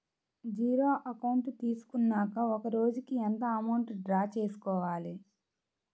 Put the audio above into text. Zero account తీసుకున్నాక ఒక రోజుకి ఎంత అమౌంట్ డ్రా చేసుకోవాలి?